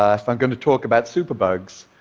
if i'm going to talk about superbugs,